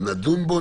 נדון בו,